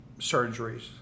surgeries